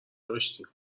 داشتیم